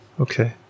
okay